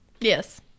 Yes